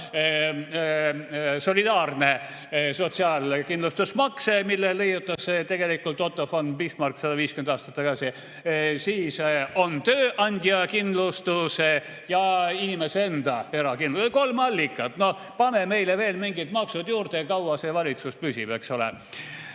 solidaarne sotsiaalkindlustusmakse, mille leiutas tegelikult Otto von Bismarck 150 aastat tagasi, siis on tööandja kindlustus ja inimese enda erakindlustus. Kolm allikat, noh. Pane meile veel mingid maksud juurde, kaua see valitsus püsib, eks ole?